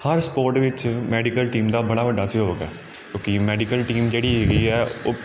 ਹਰ sport ਵਿੱਚ medical team ਦਾ ਬੜਾ ਵੱਡਾ ਸਹਿਯੋਗ ਹੈ ਕਿਉਂਕਿ ਮੈਡੀਕਲ ਟੀਮ ਜਿਹੜੀ ਹੈਗੀ ਆ ਉਹ